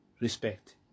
respect